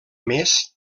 més